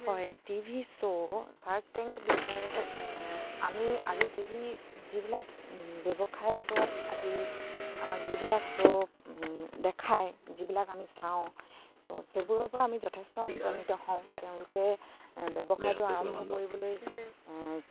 হয় TV show Shark Tank বিষয়ে আমি আজি টিভি যিবিলাক ব্যৱসায়ৰ ওপৰত আজি আমাক যিবিলাক শ্ব' দেখায় যিবিলাক আমি চাওঁ ত' সেইবোৰৰ পৰা আমি যথেষ্ট অনুপ্ৰাণিত হওঁ তেওঁলোকে ব্যৱসায়টো আৰম্ভ কৰিবলৈ